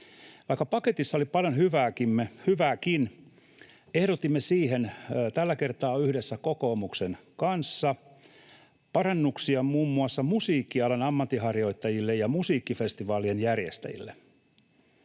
Vaikka paketissa oli paljon hyvääkin, ehdotimme siihen, tällä kertaa yhdessä kokoomuksen kanssa, parannuksia muun muassa musiikkialan ammatinharjoittajille ja musiikkifestivaalien järjestäjille.